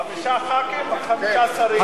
חמישה חברי כנסת חמישה שרים.